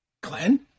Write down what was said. Glenn